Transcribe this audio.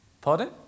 Pardon